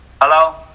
Hello